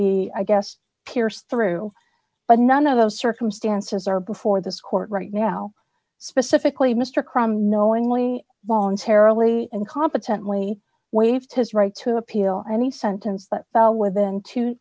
pierce through but none of those circumstances are before this court right now specifically mr crumb knowingly voluntarily and competently waived his right to appeal any sentence that fell within two